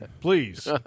please